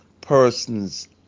persons